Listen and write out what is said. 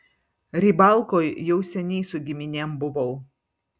rybalkoj jau seniai su giminėm buvau